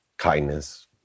kindness